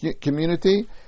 community